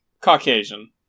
Caucasian